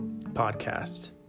Podcast